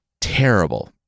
terrible